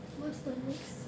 what's the next